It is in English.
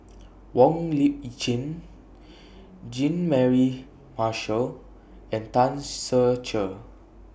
Wong Lip Chin Jean Mary Marshall and Tan Ser Cher